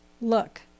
Look